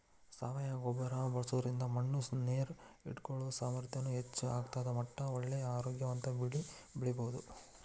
ಸಾವಯವ ಗೊಬ್ಬರ ಬಳ್ಸೋದ್ರಿಂದ ಮಣ್ಣು ನೇರ್ ಹಿಡ್ಕೊಳೋ ಸಾಮರ್ಥ್ಯನು ಹೆಚ್ಚ್ ಆಗ್ತದ ಮಟ್ಟ ಒಳ್ಳೆ ಆರೋಗ್ಯವಂತ ಬೆಳಿ ಬೆಳಿಬಹುದು